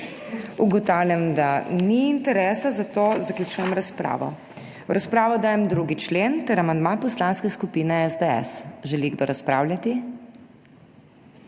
Ugotavljam, da ni interesa, zato zaključujem razpravo. V razpravo dajem 2. člen ter amandma Poslanske skupine SDS. Želi kdo razpravljati?